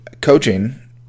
coaching